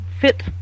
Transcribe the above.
fit